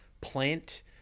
plant